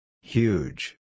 Huge